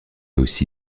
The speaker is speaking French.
aussi